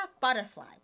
butterfly